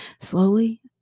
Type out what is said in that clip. Slowly